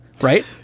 right